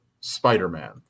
spider-man